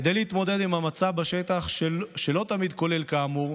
כדי להתמודד עם המצב בשטח, שלא תמיד כולל, כאמור,